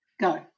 go